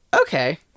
Okay